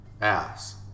ass